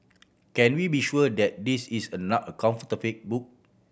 can we be sure that this is a not a counterfeit book